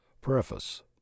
Preface